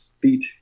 beat